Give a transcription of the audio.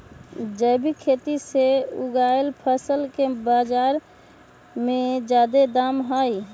जैविक खेती से उगायल फसल के बाजार में जादे दाम हई